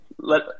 let